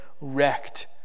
wrecked